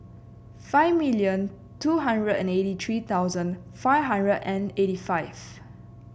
five million two hundred and eighty three thousand five hundred and eighty five